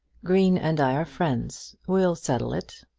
green and i are friends. we'll settle it.